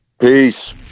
Peace